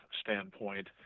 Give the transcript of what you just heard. standpoint